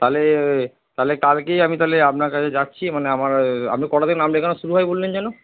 তাহলে তাহলে কালকেই আমি তাহলে আপনার কাছে যাচ্ছি মানে আমার আপনি কটা থেকে নাম লেখানো শুরু হয় বললেন যেন